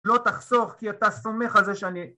לא תחסוך כי אתה סומך על זה שאני